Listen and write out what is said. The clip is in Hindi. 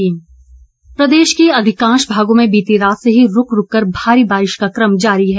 मौसम प्रदेश के अधिकांश भागों में बीती रात से ही रुक रुक कर भारी बारिश का क्रम जारी है